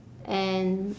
and